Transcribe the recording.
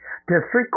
District